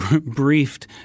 briefed